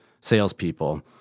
salespeople